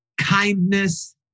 kindness